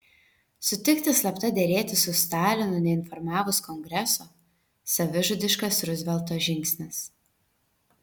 sutikti slapta derėtis su stalinu neinformavus kongreso savižudiškas ruzvelto žingsnis